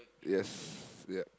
yes ya